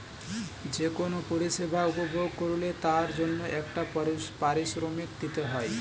যে কোন পরিষেবা উপভোগ করলে তার জন্যে একটা পারিশ্রমিক দিতে হয়